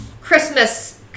Christmas